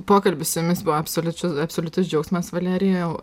pokalbis su jumis buvo absoliučius absoliutus džiaugsmas valerijau